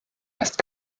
weist